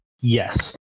Yes